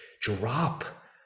drop